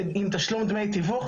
זה עם תשלום דמי תיווך,